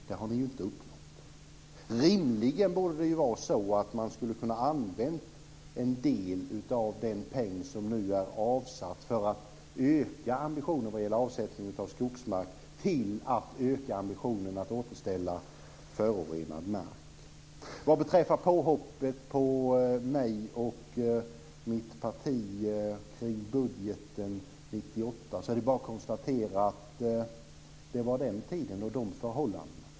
Det har ni inte uppnått. Rimligen borde man ha kunnat använda en del av den peng som nu är avsatt för att öka ambitionen när det gäller avsättningen av skogsmark till att öka ambitionen att återställa förorenad mark. Vad beträffar påhoppet på mig och mitt parti kring budgeten 1998 kan jag bara konstatera att det var den tiden och de förhållandena.